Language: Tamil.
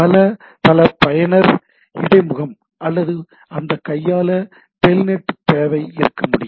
பல பல பயனர் இடைமுகம் அல்லது அந்த கையாள டெல்நெட் தேவை இருக்க முடியும்